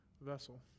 vessel